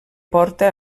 porta